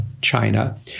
China